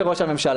זה ראש הממשלה.